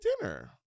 dinner